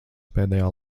pēdējā